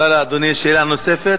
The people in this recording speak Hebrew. הנושא עדיין בבדיקה פנים-אוצרית,